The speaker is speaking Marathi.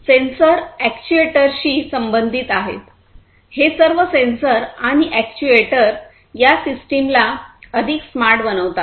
सेन्सर अॅक्ट्युएटर्सशी संबंधित आहेत हे सर्व सेन्सर आणि अॅक्ट्युएटर या सिस्टमला अधिक स्मार्ट बनवतात